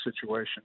situation